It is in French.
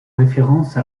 référence